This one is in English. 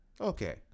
Okay